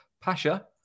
Pasha